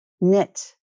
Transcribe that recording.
knit